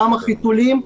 אותם החיתולים,